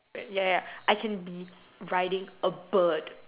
ya ya ya I can be riding a bird